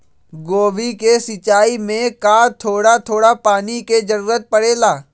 गोभी के सिचाई में का थोड़ा थोड़ा पानी के जरूरत परे ला?